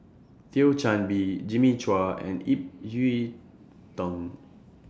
Thio Chan Bee Jimmy Chua and Ip Yiu Tung